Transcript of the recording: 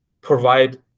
provide